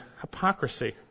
hypocrisy